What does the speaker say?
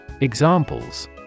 Examples